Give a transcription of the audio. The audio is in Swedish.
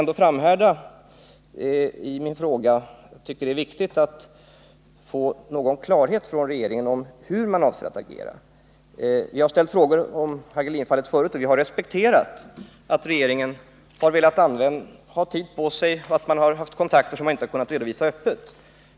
Jag framhärdar i att fråga, för jag tycker det är viktigt att få klarhet i hur regeringen avser att agera. Vi har tidigare ställt frågor om Dagmar Hagelin-fallet, och vi har då respekterat att regeringen velat ha tid på sig och att man haft kontakter som inte har kunnat redovisas öppet.